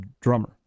Drummer